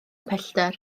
pellter